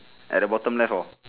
at the bottom left or